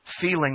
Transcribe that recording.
feeling